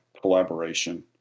collaboration